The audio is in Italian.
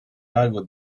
lago